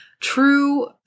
true